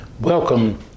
welcome